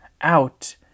out